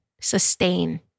sustain